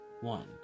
One